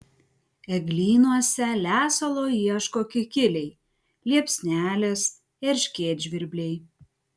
eglynuose lesalo ieško kikiliai liepsnelės erškėtžvirbliai